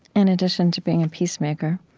in addition to being a peacemaker.